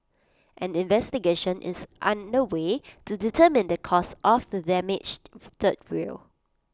an investigation is under way to determine the cause of the damaged third rail